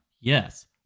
yes